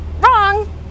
wrong